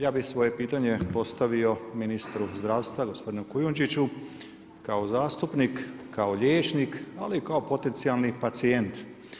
Ja bih svoje pitanje postavio ministru zdravstva gospodinu Kujundžiću, kao zastupnik, kao liječnik, ali i kao potencijalni pacijent.